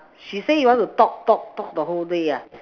she say you want to talk talk talk the whole day ah